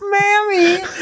Mammy